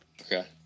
Okay